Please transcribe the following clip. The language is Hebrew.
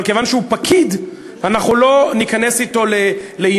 אבל כיוון שהוא פקיד אנחנו לא ניכנס אתו לעימות.